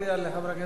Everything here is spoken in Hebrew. אני אתחיל מההתחלה.